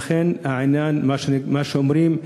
כמו שאומרים: